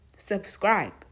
Subscribe